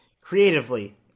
creatively